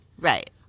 Right